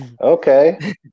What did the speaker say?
Okay